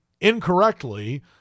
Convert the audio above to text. incorrectly